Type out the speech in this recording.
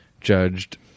judged